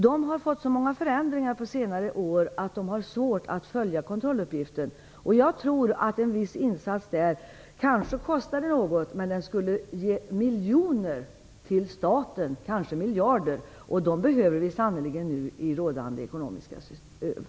De har fått så många förändringar på senare år att de har svårt att fullfölja kontrolluppgiften. Jag tror att en viss insats där kanske skulle kosta något, men den skulle ge miljoner, kanske miljarder till staten. Dem behöver vi sannerligen nu, i rådande ekonomiska situation.